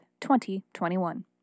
2021